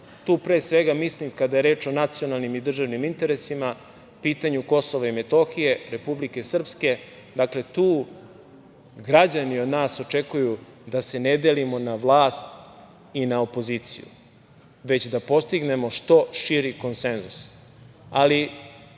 Tu pre svega mislim kada je reč o nacionalnim i državnim interesima, pitanje Kosova i Metohije, Republike Srpske, dakle, tu građani od nas očekuju da se ne delimo na vlast i na opoziciju već da postignemo što širi konsenzus. Ali,